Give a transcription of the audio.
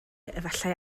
efallai